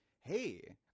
hey